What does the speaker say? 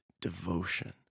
devotion